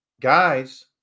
guys